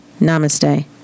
Namaste